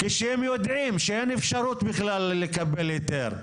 כשהם יודעים שאין אפשרות בכלל לקבל היתר.